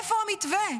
איפה המתווה?